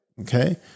Okay